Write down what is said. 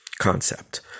concept